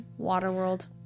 Waterworld